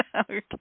Okay